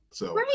Right